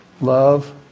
Love